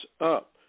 up